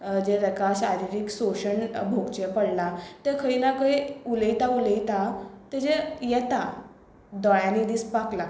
जें ताका शारिरीक सोशण भोगचें पडलां तें खंय ना खंय उलयता उलयता तेजें येता दोळ्यांनी दिसपाक लागता